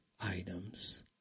items